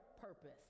purpose